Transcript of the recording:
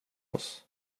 oss